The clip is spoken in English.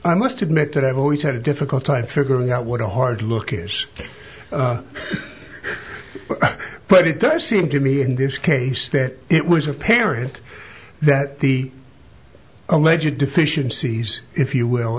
i must admit that i've always had a difficult time figuring out what a hard look at this but it does seem to me in this case that it was apparent that the a major deficiencies if you will